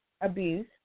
abuse